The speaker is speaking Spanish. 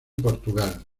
portugal